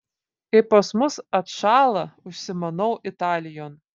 kai pas mus atšąla užsimanau italijon